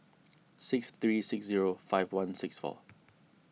six three six zero five one six four